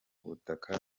butaka